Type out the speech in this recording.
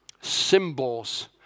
symbols